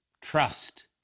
trust